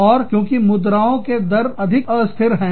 और क्योंकि मुद्राओं के दर अधिक अस्थिर हैं